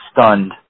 stunned